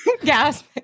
gasp